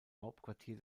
hauptquartier